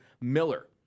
Miller